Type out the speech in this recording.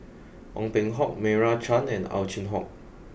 Ong Peng Hock Meira Chand and Ow Chin Hock